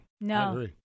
no